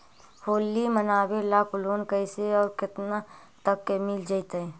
होली मनाबे ल लोन कैसे औ केतना तक के मिल जैतै?